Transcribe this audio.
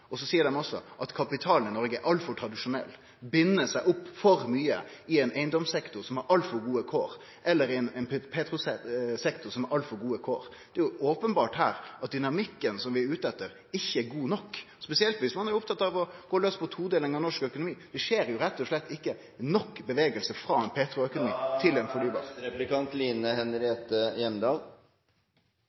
Så seier dei også at kapitalen i Noreg er altfor tradisjonell, bind seg opp for mykje i ein eigedomssektor som har altfor gode kår, eller i ein petrosektor som har altfor gode kår. Det er jo openbert her at dynamikken som vi er ute etter, ikkje er god nok, spesielt dersom ein er opptatt av å gå laus på todeling av norsk økonomi. Det skjer jo rett og slett ikkje nok bevegelse frå